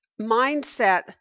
mindset